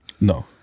no